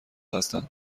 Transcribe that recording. هستند